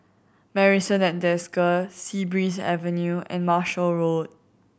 Marrison at Desker Sea Breeze Avenue and Marshall Road